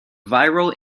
viral